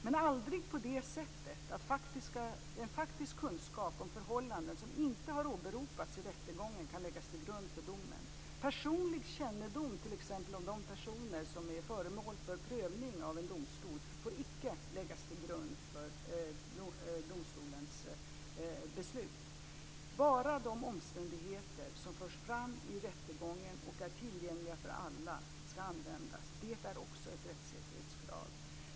Men aldrig på det sättet att faktisk kunskap om förhållanden som inte har åberopats i rättegången kan läggas till grund för domen. Personlig kännedom t.ex. om de personer som är föremål för prövning av en domstol får icke läggas till grund för domstolens beslut. Bara de omständigheter som förs fram i rättegången och är tillgängliga för alla ska användas. Det är också ett rättssäkerhetskrav.